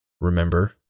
remember